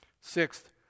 Sixth